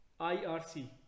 IRC